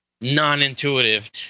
non-intuitive